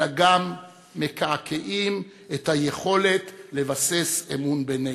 אלא גם מקעקעים את היכולת לבסס אמון בינינו.